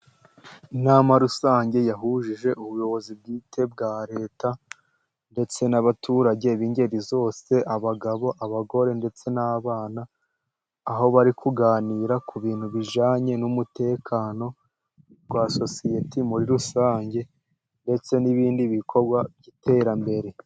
Inama rusange yahujije ubuyobozi bwite bwa Leta, ndetse n'abaturage b'ingeri zose, abagabo, abagore ndetse n'abana, aho bari kuganira ku bintu bijyanye n'umutekano wa sosiyete muri rusange , ndetse n'ibindi bikorwa by'iterambere